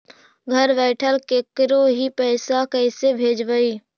घर बैठल केकरो ही पैसा कैसे भेजबइ?